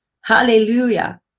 hallelujah